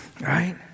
right